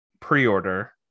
pre-order